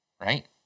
Right